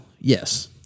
yes